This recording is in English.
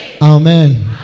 Amen